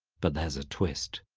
but there's a twist.